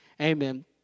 Amen